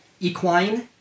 equine